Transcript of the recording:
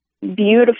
beautiful